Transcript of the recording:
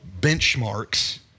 benchmarks